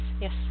yes